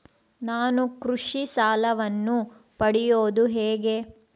ನಾನು ಕೃಷಿ ಸಾಲವನ್ನು ಪಡೆಯೋದು ಹೇಗೆ?